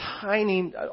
tiny